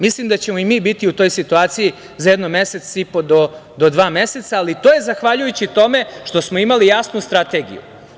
Mislim da ćemo i mi biti u toj situaciji za jedno mesec i po, do dva meseca, ali to je zahvaljujući tome što smo imali jasnu strategiju.